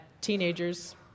teenagers